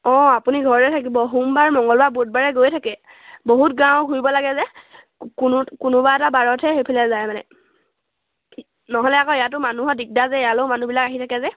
অঁ আপুনি ঘৰতে থাকিব সোমবাৰে মঙ্গলবাৰ বুধবাৰে গৈয়ে থাকে বহুত গাঁও ঘূৰিব লাগে যে কোনো কোনোবা এটা বাৰহে সেইফালে যায় মানে নহ'লে আকৌ ইয়াতো মানুহৰ দিগদাৰ যে ইয়ালৈও মানুহবিলাক আহি থাকে যে